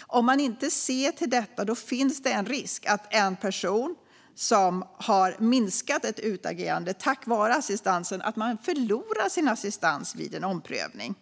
Om man inte ser till detta finns det en risk att en person som har minskat ett utagerande tack vare assistansen förlorar sin assistans vid en omprövning.